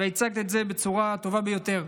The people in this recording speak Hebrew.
והצגת את זה בצורה הטובה ביותר: